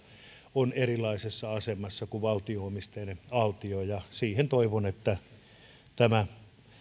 on erilaisessa asemassa kuin valtio omisteinen altia ja toivon että siihen tämä